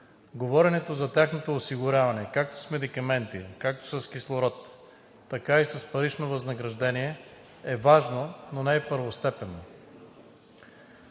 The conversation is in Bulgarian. говоренето за тяхното осигуряване, както с медикаменти, както с кислород, така и с парично възнаграждение е важно, но не е първостепенно.